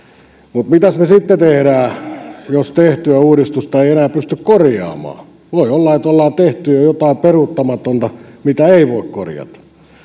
mutta mitäs me sitten teemme jos tehtyä uudistusta ei enää pysty korjaamaan voi olla että on tehty jo jotain peruuttamatonta mitä ei voi korjata